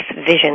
Vision